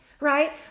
right